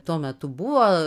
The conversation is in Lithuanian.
tuo metu buvo